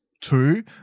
two